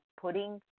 putting